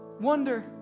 wonder